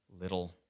little